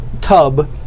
tub